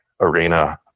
arena